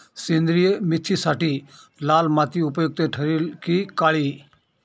सेंद्रिय मेथीसाठी लाल माती उपयुक्त ठरेल कि काळी?